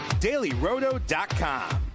dailyroto.com